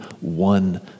one